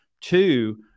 Two